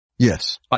Yes